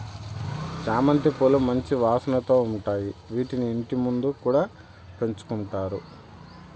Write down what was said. చామంతి పూలు మంచి వాసనతో ఉంటాయి, వీటిని ఇంటి ముందు కూడా పెంచుకుంటారు